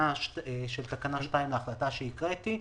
תקנה 2 בהחלטה שהקראתי.